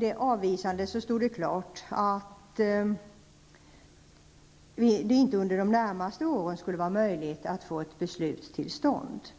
detta avvisande stod det klart att det under de närmaste åren inte skulle vara möjligt att få till stånd ett beslut.